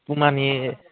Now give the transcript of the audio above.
पुमानि